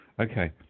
Okay